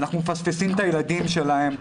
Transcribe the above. אנחנו מפספסים את הילדים שלהם,